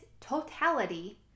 totality